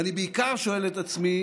ואני בעיקר שואל את עצמי